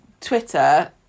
Twitter